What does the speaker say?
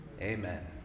Amen